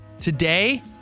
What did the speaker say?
today